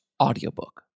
audiobook